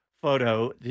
photo